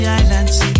islands